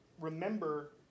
remember